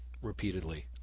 repeatedly